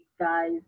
Guys